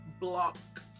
block